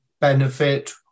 benefit